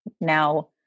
now